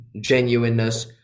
genuineness